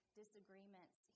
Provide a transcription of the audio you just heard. disagreements